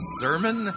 sermon